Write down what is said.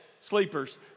sleepers